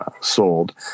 sold